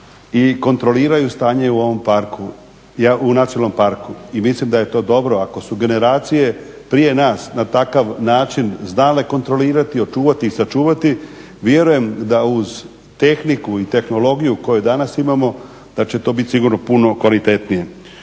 i kontroliraju stanje u ovom nacionalnom parku. I mislim da je to dobro, ako su generacije prije nas na takav način znale kontrolirati i očuvati i sačuvati vjerujem da uz tehniku i tehnologiju koju danas imamo da će to biti sigurno puno kvalitetnije.